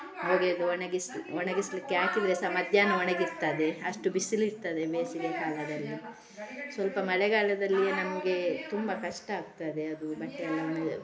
ಒಗೆದು ಒಣಗಿಸ ಒಣಗಿಸಲಿಕ್ಕೆ ಹಾಕಿದ್ರೆ ಸಹ ಮಧ್ಯಾಹ್ನ ಒಣಗಿರ್ತದೆ ಅಷ್ಟು ಬಿಸಿಲು ಇರ್ತದೆ ಬೇಸಿಗೆಕಾಲದಲ್ಲಿ ಸ್ವಲ್ಪ ಮಳೆಗಾಲದಲ್ಲಿ ನಮಗೆ ತುಂಬ ಕಷ್ಟ ಆಗ್ತದೆ ಅದು ಬಟ್ಟೆಯೆಲ್ಲ ಒಣಗಿ